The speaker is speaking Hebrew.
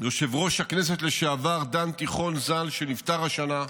יושב-ראש הכנסת לשעבר דן תיכון, ז"ל, שנפטר השנה,